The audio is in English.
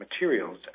materials